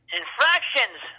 Infractions